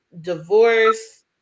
divorce